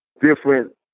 different